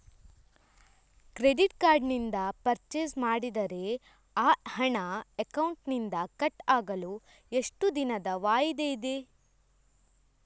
Credit card ನಿಂದ purchase ಮಾಡಿದರೆ ಆ ಹಣ ಅಕೌಂಟಿನಿಂದ ಕಟ್ ಆಗಲು ಎಷ್ಟು ದಿನದ ವಾಯಿದೆ ಇದೆ?